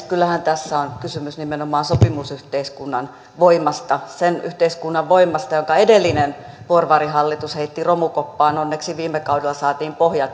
kyllähän tässä on kysymys nimenomaan sopimusyhteiskunnan voimasta sen yhteiskunnan voimasta jonka edellinen porvarihallitus heitti romukoppaan onneksi viime kaudella saatiin pohjaa